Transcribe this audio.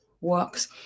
works